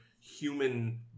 human